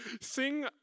sing